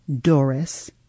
Doris